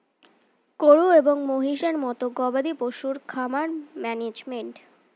গরু এবং মহিষের মতো গবাদি পশুর খামার ম্যানেজমেন্ট